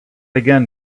again